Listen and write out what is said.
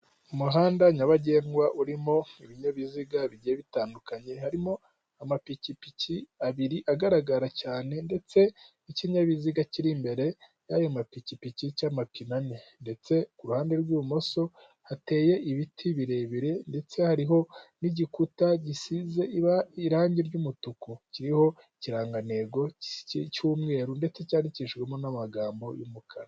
Umuhanda nyabagendwa urimo ibinyabiziga bigiye bitandukanye harimo amapikipiki abiri agaragara cyane ndetse n'ikinyabiziga kiri imbere y'ayo mapikipiki cy'amapine ane ndetse ku ruhande rw'ibumoso hateye ibiti birebire ndetse hariho n'igikuta gisize irangi ry'umutuku kiriho ikirangantego cy'umweru ndetse cyandikishijwamo n'amagambo y'umukara.